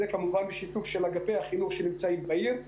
זה כמובן בשיתוף של אגפי החינוך שנמצאים בעיר,